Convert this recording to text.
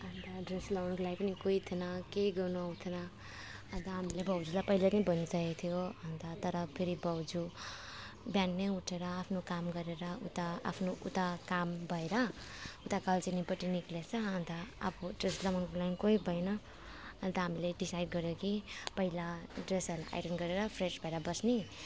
अन्त ड्रेस लगाउनुको लागि पनि कोही थिएन केही गर्नु आउँथेन अन्त हामीले भाउजूलाई पहिला नै भनिसकेको थियो अन्त तर फेरि भाउजू बिहान नै उठेर आफ्नो काम गरेर उता आफ्नो उता काम भएर उता कालचिनीपट्टि निस्किएछ अन्त अब ड्रेस लगाउनुको लागि कोही भएन अन्त हामीले डिसाइड गऱ्यौँ कि पहिला ड्रेसहरू आइरन गरेर फ्रेस भएर बस्ने